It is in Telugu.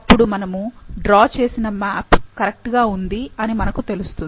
అప్పుడు మనము డ్రా చేసిన మ్యాప్ కరెక్ట్ గా ఉంది అని మనకు తెలుస్తుంది